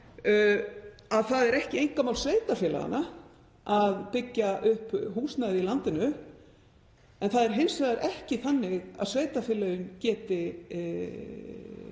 að það er ekki einkamál sveitarfélaganna að byggja húsnæði í landinu en það er hins vegar ekki þannig að sveitarfélögin geti